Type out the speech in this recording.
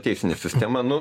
teisinė sistema nu